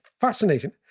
fascinating